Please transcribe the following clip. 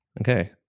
Okay